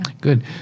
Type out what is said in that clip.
Good